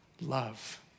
Love